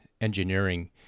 engineering